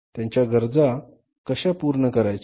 त्यांच्या गरजा कश्या पूर्ण करायच्या